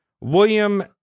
William